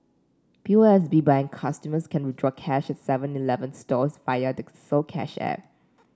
P O S B Bank customers can withdraw cash at seven Eleven stores via the soCash app